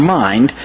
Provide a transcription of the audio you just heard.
mind